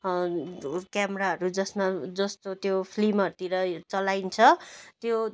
क्यामराहरू जसमा जस्तो त्यो फिल्महरूतिर चलाइन्छ त्यो